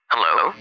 Hello